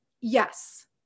Yes